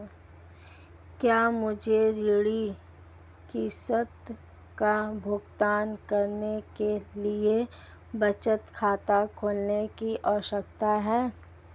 क्या मुझे ऋण किश्त का भुगतान करने के लिए बचत खाता खोलने की आवश्यकता है?